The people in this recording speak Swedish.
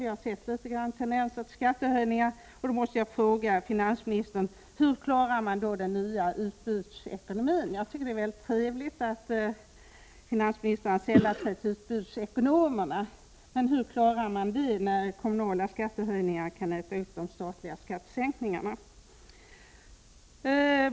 Vi har redan sett vissa tendenser till skattehöjningar. Jag måste fråga finansministern: Hur klarar man då den nya utbudsekonomin? — Det är mycket trevligt att finansministern har sällat sig till utbudsekonomerna, men hur klarar man det när kommunala skattehöjningar kan äta upp de statliga skattesänkningarna?